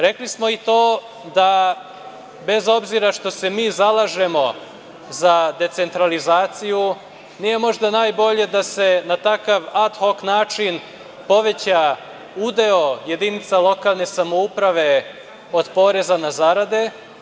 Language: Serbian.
Rekli smo i to da, bez obzira što se mi zalažemo za decentralizaciju, nije možda najbolje da se na takav ad hok način poveća udeo jedinica lokalne samouprave od poreza na zarade.